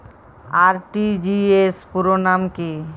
RTGS পুরো নাম কি?